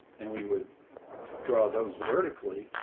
and we would draw those vertically.